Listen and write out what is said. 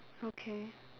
okay